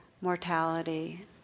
mortality